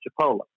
Chipola